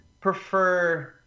prefer